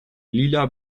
lila